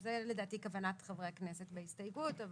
זו לדעתי כוונת חברי הכנסת בהסתייגות.